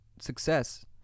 Success